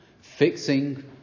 Fixing